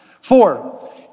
Four